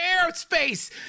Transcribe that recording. airspace